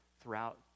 throughout